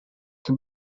can